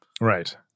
right